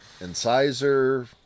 incisor